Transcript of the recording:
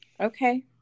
Okay